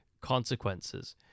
consequences